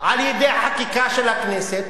על-ידי חקיקה של הכנסת,